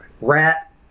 rat